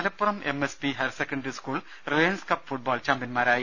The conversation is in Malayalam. Malappuram MSP higher secondary school Reliance cup football ചാമ്പ്യന്മാരായി